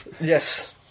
Yes